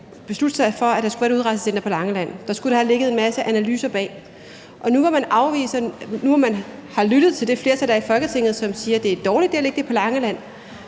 beslutte sig for, at der skulle være et udrejsecenter på Langeland, skulle der have ligget en masse analyser bag. Og nu, hvor man har lyttet til det flertal, der er i Folketinget, som siger, at det er en dårlig idé at lægge det på Langeland,